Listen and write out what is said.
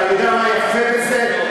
אתה יודע מה יפה בזה?